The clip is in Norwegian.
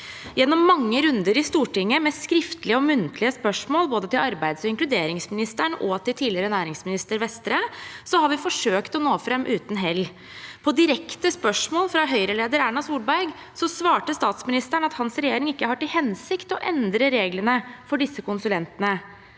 Gjennom mange runder i Stortinget med skriftlige og muntlige spørsmål, både til arbeids- og inkluderingsministeren og til tidligere næringsminister Vestre, har vi forsøkt å nå fram uten hell. På direkte spørsmål fra Høyre-leder Erna Solberg svarte statsministeren at hans regjering ikke har til hensikt å endre reglene for disse konsulentene.